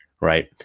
right